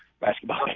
Basketball